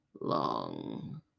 long